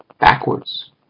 backwards